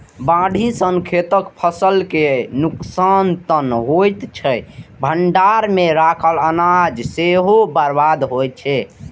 बाढ़ि सं खेतक फसल के नुकसान तं होइते छै, भंडार मे राखल अनाज सेहो बर्बाद होइ छै